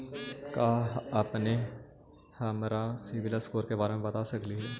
का अपने हमरा के सिबिल स्कोर के बारे मे बता सकली हे?